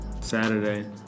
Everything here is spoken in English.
Saturday